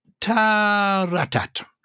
taratat